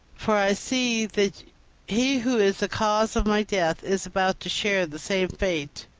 for i see that he who is the cause of my death is about to share the same fate.